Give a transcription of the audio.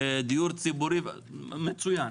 דיור ציבורי מצוין.